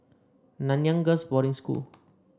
Nanyang Girls' Boarding School